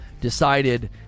decided